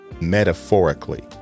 metaphorically